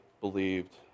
believed